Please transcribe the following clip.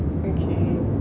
okay